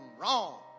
wrong